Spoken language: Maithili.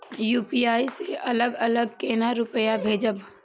यू.पी.आई से अलग अलग केना रुपया भेजब